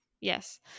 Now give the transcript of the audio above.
Yes